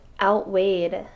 outweighed